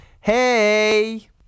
Hey